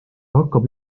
hakkab